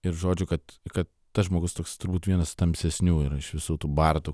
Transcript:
ir žodžių kad kad tas žmogus toks turbūt vienas tamsesnių yra iš visų tų bardų